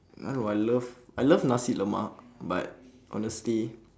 I don't know I love I love nasi lemak but honestly